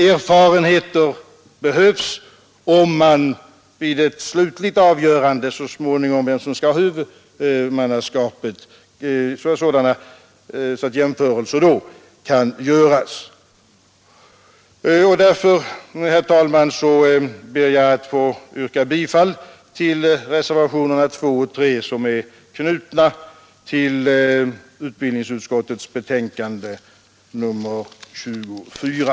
Erfarenheter behövs, om vid ett slutligt avgörande om vem som så småningom skall ha huvudmannaskapet jämförelser då skall kunna göras. Därför, herr talman, ber jag att få yrka bifall till reservationerna 2 och 3, som är knutna till utbildningsutskottets betänkande nr 24.